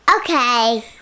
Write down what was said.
Okay